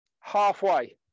Halfway